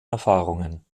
erfahrungen